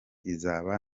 izaba